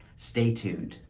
stay tuned.